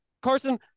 Carson